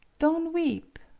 don' weep.